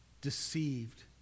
deceived